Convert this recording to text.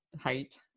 height